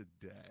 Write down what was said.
today